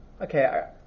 okay